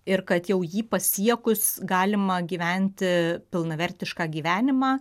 ir kad jau jį pasiekus galima gyventi pilnavertišką gyvenimą